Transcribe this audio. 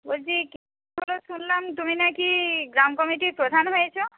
বলছি শুনলাম তুমি না কি গ্রাম কমিটির প্রধান হয়েছো